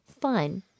fun